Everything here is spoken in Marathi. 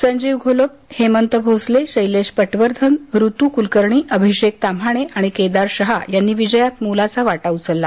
संजीव घोलप हेमंत भोसले शैलेश पटवर्धन ऋतु कुलकर्णी अभिषेक ताम्हाणे आणि केदार शहा यांनी विजयात मोलाचा वाटा उचलला